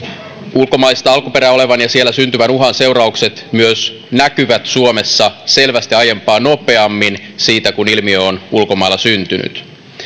ulkomaista alkuperää olevan ja siellä syntyvän uhan seuraukset myös näkyvät suomessa selvästi aiempaa nopeammin siitä kun ilmiö on ulkomailla syntynyt